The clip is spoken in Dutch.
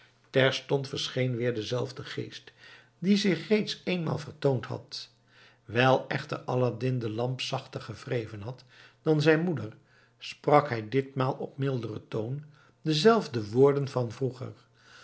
terstond verscheen weer dezelfde geest die zich reeds eenmaal vertoond had wijl echter aladdin de lamp zachter gewreven had dan zijn moeder sprak hij ditmaal op milderen toon dezelfde woorden van vroeger